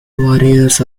warriors